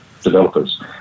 developers